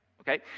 Okay